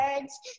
birds